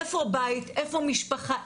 איפה בית, איפה משפחה?